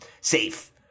safe